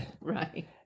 Right